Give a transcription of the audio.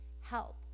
Help